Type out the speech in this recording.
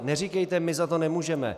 Neříkejte my za to nemůžeme.